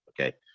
Okay